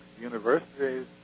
universities